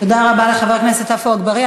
תודה רבה לחבר הכנסת עפו אגבאריה.